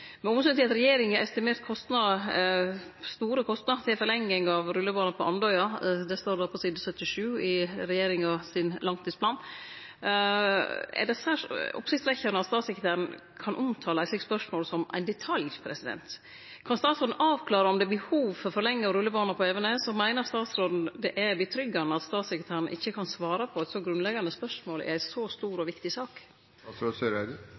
Med omsyn til at regjeringa har estimert store kostnader til forlenging av rullebanen på Andøya, det står på side 77 i regjeringa sin langtidsplan, er det særs oppsiktsvekkjande at statssekretæren kan omtale eit slikt spørsmål som ein detalj. Kan statsråden avklare om det er behov for forlengd rullebane på Evenes, og meiner statsråden det er betryggjande at statssekretæren ikkje kan svare på eit så grunnleggjande spørsmål i ei så stor